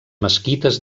mesquites